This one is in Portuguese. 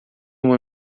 uma